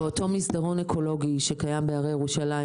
באותו מסדרון אקולוגי שקיים בהרי ירושלים